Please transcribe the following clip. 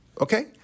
Okay